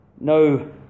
No